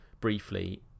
briefly